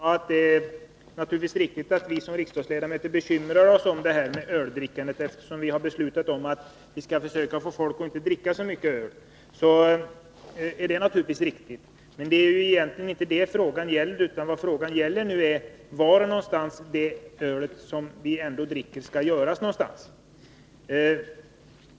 Herr talman! Finansministern sade att vi som riksdagsledamöter måste bekymra oss om öldrickandet, eftersom vi beslutat att försöka få folk att inte dricka så mycket öl. Det är naturligtvis riktigt. Men det är egentligen inte det frågan gäller, utan frågan är var någonstans det öl som vi ändå dricker skall tillverkas.